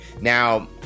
Now